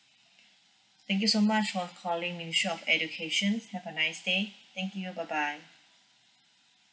thank you so much for calling ministry of education have a nice day thank you bye bye